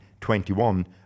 21